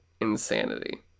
insanity